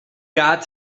got